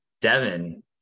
Devin